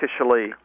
officially